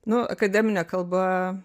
nu akademinė kalba